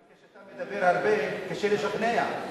כשאתה מדבר הרבה קשה לשכנע.